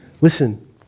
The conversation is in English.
Listen